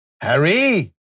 Harry